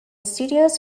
studios